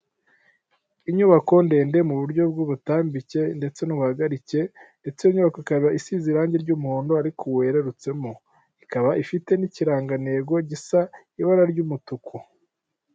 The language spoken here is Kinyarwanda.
Inyubako ndende mu buryo bw'ubutambike ndetse n'ubuhagarike, ndetse ikaba isize irangi ry'umuhondo ariko uwo werererutsemo, ikaba ifite n'ikirangantego gisa ibara ry'umutuku.